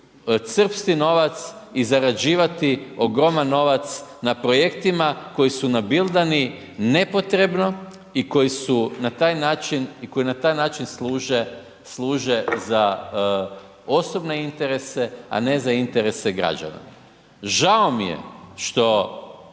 crpsti novac i zarađivati ogroman novac na projektima koji su nabildani nepotrebno i koji su na taj način i koji na taj način služe, služe za osobne interese, a ne za interese građana. Žao mi je što